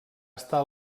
estar